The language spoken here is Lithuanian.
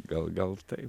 gal gal taip